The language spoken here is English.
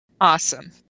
Awesome